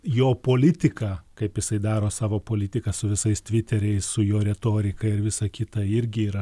jo politika kaip jisai daro savo politiką su visais tviteriais su jo retorika ir visa kita irgi yra